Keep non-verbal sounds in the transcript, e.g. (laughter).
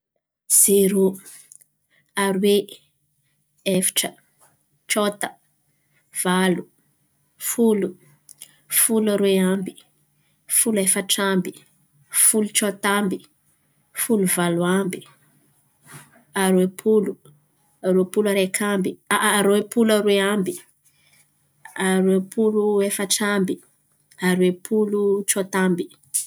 Zero, aroe, efatra, tsôta, valo, folo, folo aroe amby, folo efatra amby, folo tsôta amby, folo valo amby, aroepolo, aroepolo araiky amby. (hesitation) Aroepolo aroe amby, aroepolo efatra amby, aroepolo tsôta amby.